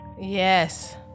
Yes